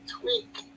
tweak